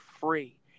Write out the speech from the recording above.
free